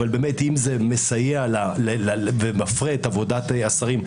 אם זה מסייע ומפרה את עבודת השרים,